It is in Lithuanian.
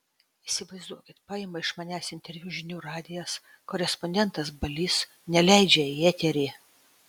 įsivaizduokit paima iš manęs interviu žinių radijas korespondentas balys neleidžia į eterį